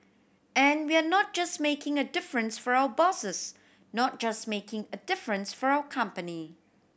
and we are not just making a difference for our bosses not just making a difference for our company